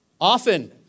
Often